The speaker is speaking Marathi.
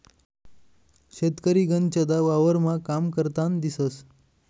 शेतकरी गनचदा वावरमा काम करतान दिसंस